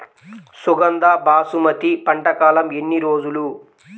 సుగంధ బాసుమతి పంట కాలం ఎన్ని రోజులు?